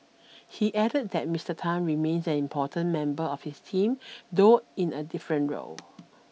he added that Mister Tan remains an important member of his team though in a different role